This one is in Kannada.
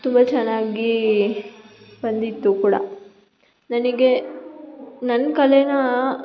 ತುಂಬ ಚೆನ್ನಾಗಿ ಬಂದಿತ್ತು ಕೂಡ ನನಗೆ ನನ್ನ ಕಲೆನ